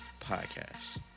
podcast